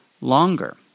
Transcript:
longer